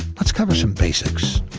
let's cover some basics.